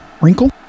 wrinkle